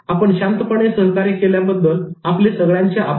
आपण शांतपणे सहकार्य केल्याबद्दल आपले सगळ्यांचे आभार